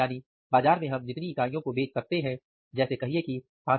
यानी बाजार में हम जितनी इकाइयों को बेच सकते हैं जैसे कहिए कि 5000